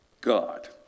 God